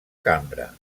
cambra